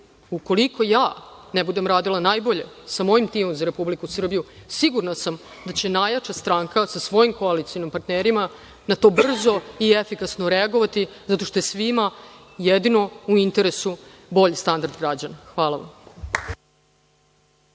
Ukoliko ja ne budem radila najbolje, sa mojim timom, za Republiku Srbiju, sigurna sam da će najjača stranka, sa svojim koalicionim partnerima, na to brzo i efikasno reagovati, zato što je svima jedino u interesu bolji standard građana. Hvala vam.